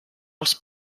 els